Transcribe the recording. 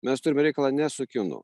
mes turime reikalą ne su kinu